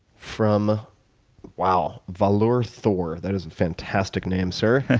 from wow, valour thor. that is a fantastic name, sir.